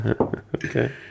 Okay